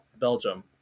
Belgium